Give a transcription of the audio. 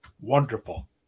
Wonderful